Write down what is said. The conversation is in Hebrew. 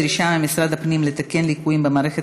דרישה ממשרד הפנים לתקן ליקויים במערכת